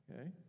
okay